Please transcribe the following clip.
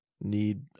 need